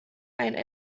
einen